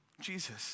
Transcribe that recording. Jesus